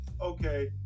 okay